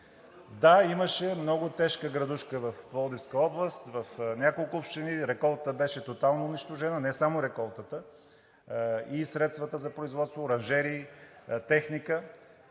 Да, имаше много тежка градушка в Пловдивска област, в няколко общини. Реколтата беше тотално унищожена, но и не само реколтата, а и средствата за производство, оранжерии, техника,